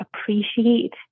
appreciate